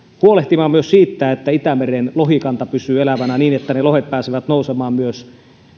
huolehtimaan myös siitä että itämeren lohikanta pysyy elävänä niin että lohet pääsevät nousemaan myös